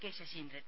K Saseendran